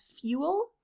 fuel